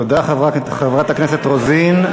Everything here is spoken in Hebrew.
תודה, חברת הכנסת רוזין.